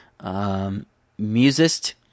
musist